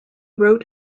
wrote